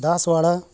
ದಾಸವಾಳ